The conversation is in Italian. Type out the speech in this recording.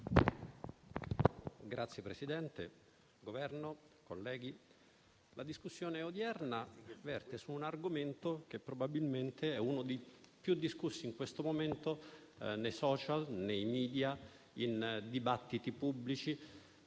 Signor Presidente, Governo, colleghi, la discussione odierna verte su un argomento che probabilmente è uno dei più discussi in questo momento nei *social*, nei *media* e nell'ambito dei dibattiti pubblici.